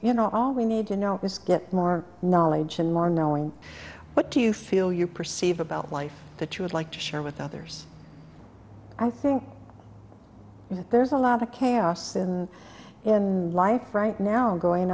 you know all we need to know is get more knowledge and more knowing what do you feel you perceive about life that you would like to share with others i think that there's a lot of chaos in life right now going